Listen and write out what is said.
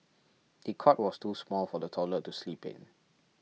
the cot was too small for the toddler to sleep in